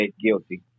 guilty